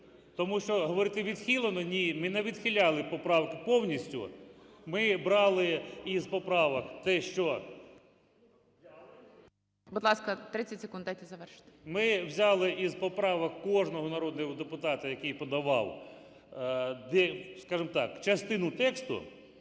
тому що говорити "відхилено" – ні, ми не відхиляли поправки повністю. Ми брали із поправок те, що… ГОЛОВУЮЧИЙ. Будь ласка, 30 секунд, дайте завершити. КУПРІЄНКО О.В. Ми взяли із поправок кожного народного депутата, який подавав, скажемо так, частину тексту.